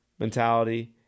Mentality